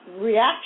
reaction